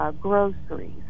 Groceries